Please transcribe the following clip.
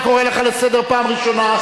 אני קורא אותך לסדר פעם ראשונה.